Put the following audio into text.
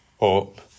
up